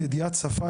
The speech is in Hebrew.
ידיעת שפה,